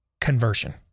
conversion